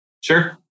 Sure